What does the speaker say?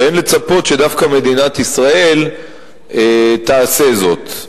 ואין לצפות שדווקא מדינת ישראל תעשה זאת.